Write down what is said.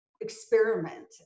experiment